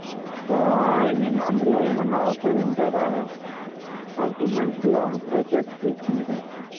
so I mean అందులో ఏమన్న offer ఉంటుందా ఒక త్రీ మంత్స్ లాంగ్ ప్రాసెస్ తీసుకుంటే